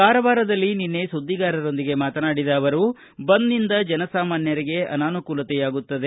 ಕಾರವಾರದಲ್ಲಿ ನಿನ್ನೆ ಸುದ್ದಿಗಾರರೊಂದಿಗೆ ಮಾತನಾಡಿದ ಅವರು ಬಂದ್ನಿಂದ ಜನಸಾಮಾನ್ಯರಿಗೆ ಅನಾನುಕೂಲತೆಯಾಗುತ್ತದೆ